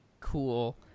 cool